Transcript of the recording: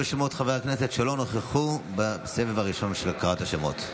קרא שוב בשמות חברי הכנסת שלא נכחו בסבב הראשון של הקראת השמות.